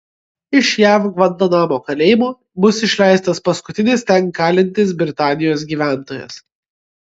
iš jav gvantanamo kalėjimo bus išleistas paskutinis ten kalintis britanijos gyventojas